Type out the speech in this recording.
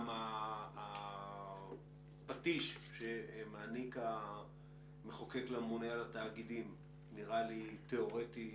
גם הפטיש שמעניק המחוקק לממונה על התאגידים נראה לי תיאורטי.